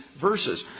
verses